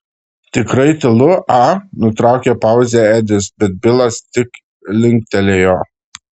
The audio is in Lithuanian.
tikrai tylu a nutraukė pauzę edis bet bilas tik linktelėjo